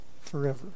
forever